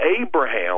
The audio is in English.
Abraham